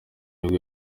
nibwo